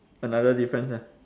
another difference ah